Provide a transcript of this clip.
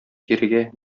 кирегә